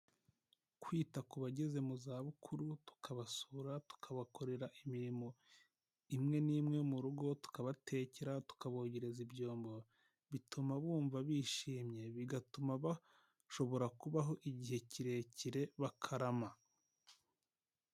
Kwita ku bageze mu zabukuru tukabasura, tukabakorera imirimo imwe n'imwe yo mu rugo, tukabatekera, tukabogereza ibyombo, bituma bumva bishimye bigatuma bashobora kubaho igihe kirekire bakarama.